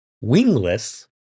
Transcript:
wingless